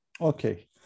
Okay